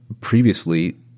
previously